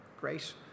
great